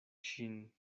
ŝin